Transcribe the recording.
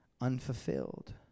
unfulfilled